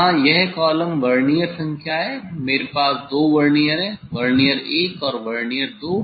यहाँ यह column vernier संख्या है मेरे पास दो वर्नियर हैं वर्नियर 1 और वर्नियर 2